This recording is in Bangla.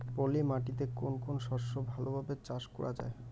পলি মাটিতে কোন কোন শস্য ভালোভাবে চাষ করা য়ায়?